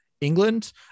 England